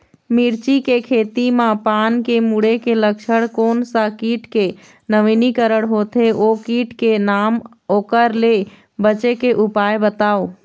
मिर्ची के खेती मा पान के मुड़े के लक्षण कोन सा कीट के नवीनीकरण होथे ओ कीट के नाम ओकर ले बचे के उपाय बताओ?